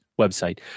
website